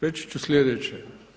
Reći ću sljedeće.